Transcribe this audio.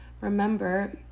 Remember